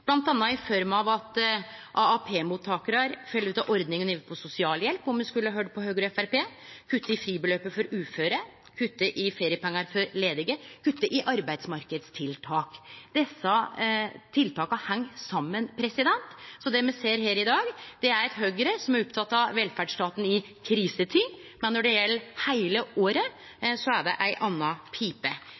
i form av at AAP-mottakarar ville falle ut av ordninga for sosialhjelp om me skulle høyrt på Høgre og Framstegspartiet, kuttet i fribeløpet for uføre, kuttet i feriepengar for ledige, kuttet i arbeidsmarknadstiltak. Desse tiltaka heng saman, så det me ser her i dag, er eit Høgre som er oppteken av velferdsstaten i krisetid, men når det gjeld heile året, er det ei anna pipe.